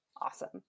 Awesome